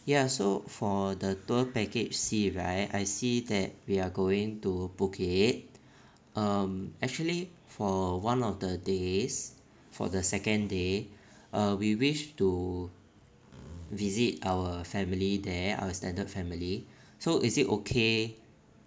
ya so for the tour package c right I see that we're going to phuket um actually for one of the days for the second day uh we wish to visit our family there our extended family so is it okay